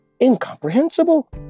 incomprehensible